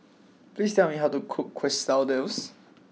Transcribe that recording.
please tell me how to cook Quesadillas